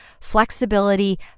flexibility